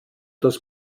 das